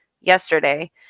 yesterday